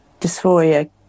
dysphoria